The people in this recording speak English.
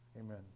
Amen